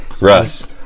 Russ